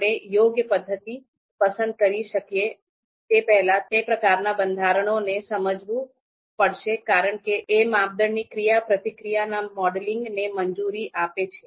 આપણે યોગ્ય પદ્ધતિ પસંદ કરી શકીએ તે પહેલાં તે પ્રકારના બંધારણોને સમજવું પડશે કારણકે એ માપદંડની ક્રિયા પ્રતિક્રિયાના મોડેલિંગને મંજૂરી આપે છે